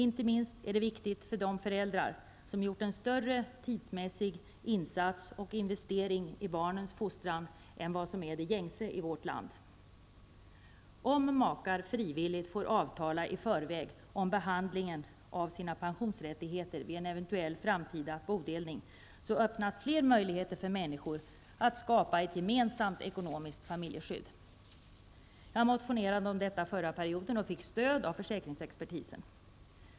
Inte minst är det viktigt för de föräldrar som har gjort en större tidsmässig insats och investering i barnens fostran än vad som är det gängse i vårt land. Om makar frivilligt får avtala i förväg om behandlingen av sina pensionsrättigheter vid en eventuell framtida bodelning, öppnas fler möjligheter för människor att skapa ett gemensamt ekonomiskt familjeskydd. Jag motionerade om detta förra perioden och fick stöd av försäkringsexpertisen.